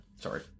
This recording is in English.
Sorry